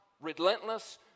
relentless